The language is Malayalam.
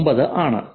9 ആണ്